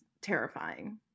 terrifying